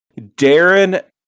Darren